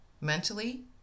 mentally